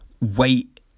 wait